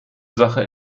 sache